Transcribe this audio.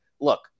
Look